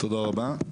תודה רבה,